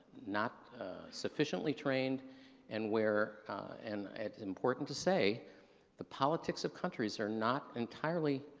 not sufficiently trained and where and important to say the politics of countries are not entirely